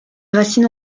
racines